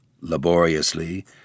laboriously